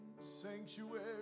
sanctuary